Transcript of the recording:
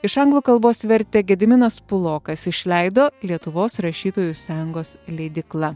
iš anglų kalbos vertė gediminas pulokas išleido lietuvos rašytojų sąjungos leidykla